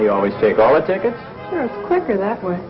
we always take all the tickets quicker that way